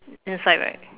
inside right